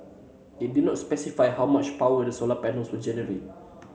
it did not specify how much power the solar panels will generate